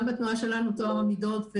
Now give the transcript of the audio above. גם בתנועה שלנו טוהר המידות,